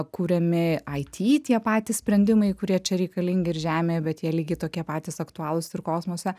kuriami ai ti tie patys sprendimai kurie čia reikalingi ir žemėje bet jie lygiai tokie patys aktualūs ir kosmose